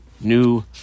new